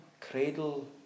cradle